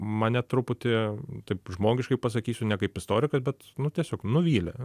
mane truputį taip žmogiškai pasakysiu ne kaip istorikas bet nu tiesiog nuvylė